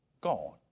gone